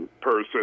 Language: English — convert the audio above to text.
person